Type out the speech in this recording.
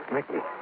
Mickey